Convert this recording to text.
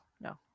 no